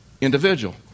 individual